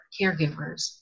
caregivers